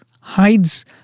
hides